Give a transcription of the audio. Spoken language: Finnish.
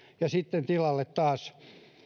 ja sitten tilalle tulee taas